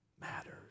matters